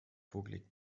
vorgelegt